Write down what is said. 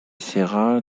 serra